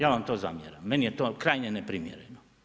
Ja vam to zamjeram, meni je to krajnje neprimjereno.